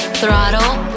throttle